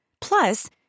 Plus